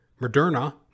Moderna